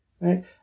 right